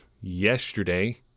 yesterday